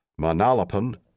Manalapan